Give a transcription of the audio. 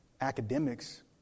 academics